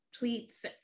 tweets